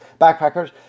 Backpackers